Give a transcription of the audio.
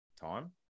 time